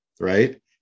right